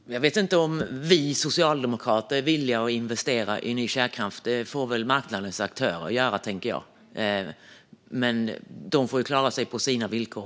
Fru talman! Jag vet inte om vi socialdemokrater är villiga att investera i ny kärnkraft. Det får väl marknadens aktörer göra, tänker jag. De får klara sig på sina villkor.